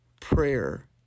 prayer